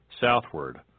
southward